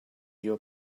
your